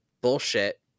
bullshit